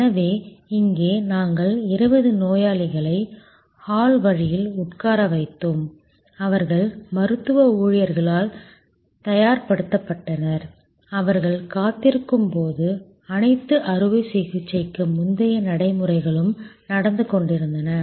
எனவே இங்கே நாங்கள் 20 நோயாளிகளை ஹால் வழியில் உட்கார வைத்தோம் அவர்கள் மருத்துவ ஊழியர்களால் தயார்படுத்தப்பட்டனர் அவர்கள் காத்திருக்கும் போது அனைத்து அறுவை சிகிச்சைக்கு முந்தைய நடைமுறைகளும் நடந்து கொண்டிருந்தன